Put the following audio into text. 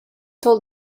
told